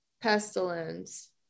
pestilence